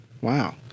Wow